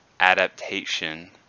adaptation